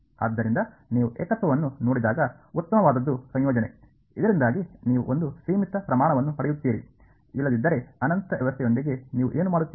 ಆದ್ದರಿಂದ ನೀವು ಏಕತ್ವವನ್ನು ನೋಡಿದಾಗ ಉತ್ತಮವಾದದ್ದು ಸಂಯೋಜನೆ ಇದರಿಂದಾಗಿ ನೀವು ಒಂದು ಸೀಮಿತ ಪ್ರಮಾಣವನ್ನು ಪಡೆಯುತ್ತೀರಿ ಇಲ್ಲದಿದ್ದರೆ ಅನಂತ ವ್ಯವಸ್ಥೆಯೊಂದಿಗೆ ನೀವು ಏನು ಮಾಡುತ್ತೀರಿ